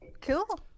Cool